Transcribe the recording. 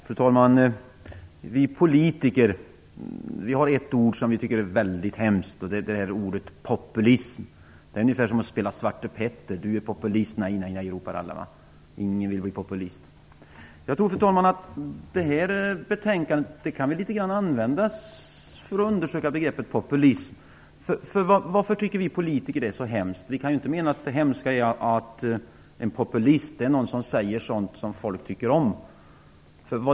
Fru talman! Vi politiker tycker att ordet populism är väldigt hemskt. Det är ungefär som att spela Svarte Petter: Du är populist! Nej, nej, nej, ropar alla. Ingen vill vara populist. Jag tycker att man kan använda det här betänkandet för att undersöka begreppet populism. Varför tycker vi politiker det är så hemskt? Vi kan ju inte mena att det hemska är att en populist säger sådant som folk tycker om att höra.